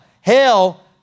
hell